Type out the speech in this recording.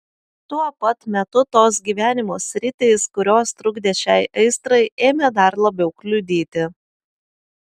tuo pat metu tos gyvenimo sritys kurios trukdė šiai aistrai ėmė dar labiau kliudyti